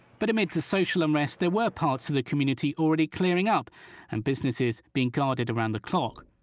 but amid the social unrest there were parts of the community already clearing up and businesses being guarded around the clock.